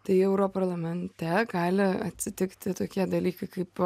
tai europarlamente gali atsitikti tokie dalykai kaip